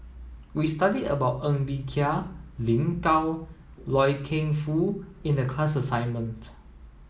we studied about Ng Bee Kia Lin Gao Loy Keng Foo in the class assignment